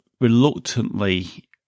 reluctantly